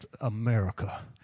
America